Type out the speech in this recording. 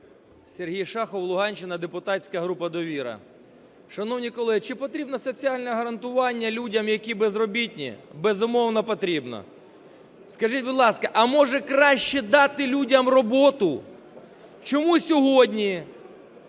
Сергій Шахов, Луганщина, депутатська група "Довіра". Шановні колеги, чи потрібне соціальне гарантування людям, які безробітні? Безумовно, потрібне. Скажіть, будь ласка, а може краще дати людям роботу? Чому сьогодні